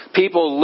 people